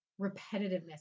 repetitiveness